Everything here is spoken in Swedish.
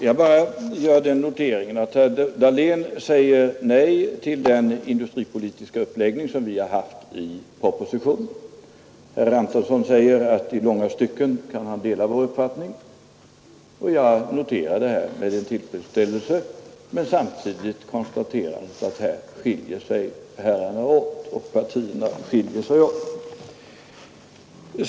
Fru talman! Jag gör den noteringen att herr Dahlén säger nej till den industripolitiska uppläggning som vi för fram i propositionen. Herr Antonsson säger att han i långa stycken kan dela vår uppfattning. Med detta är jag tillfredsställd och konstaterar samtidigt att här skiljer sig de båda herrarna och partierna åt.